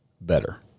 better